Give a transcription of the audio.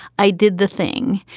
i did the thing.